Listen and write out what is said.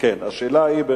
השאלה היא,